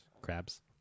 Crabs